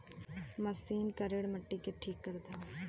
machine करेड़ मट्टी के ठीक करत हौ